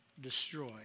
destroy